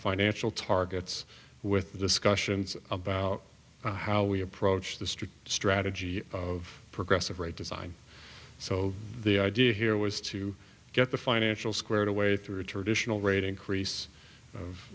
financial targets with discussions about how we approach the street strategy of progressive rate design so the idea here was to get the financial squared away through traditional rate increase